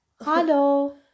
hello